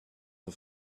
her